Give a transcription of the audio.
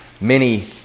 mini